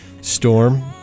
storm